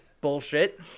bullshit